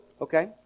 okay